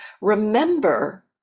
remember